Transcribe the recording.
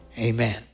Amen